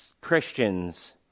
Christians